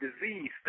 disease